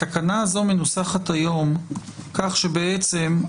התקנה הזאת מנוסחת היום כך שבעצם,